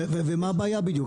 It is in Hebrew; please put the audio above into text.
ומה הבעיה בדיוק?